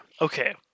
Okay